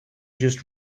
just